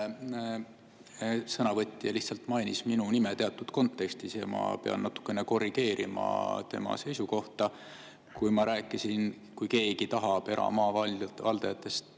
Sõnavõtja lihtsalt mainis minu nime teatud kontekstis ja ma pean natukene korrigeerima tema seisukohta. Ma rääkisin, et kui keegi eramaavaldajatest